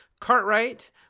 Cartwright